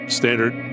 standard